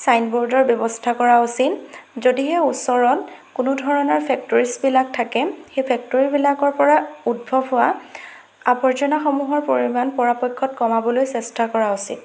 ছাইনবোৰ্ডৰ ব্যৱস্থা কৰা উচিত যদিহে ওচৰত কোনো ধৰণৰ ফেক্টৰীজবিলাক থাকে সেই ফেক্টৰীবিলাকৰ পৰা উদ্ভৱ হোৱা আৱৰ্জনাসমূহৰ পৰিমাণ পৰাপক্ষত কমাবলৈ চেষ্টা কৰা উচিত